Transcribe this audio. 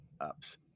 ups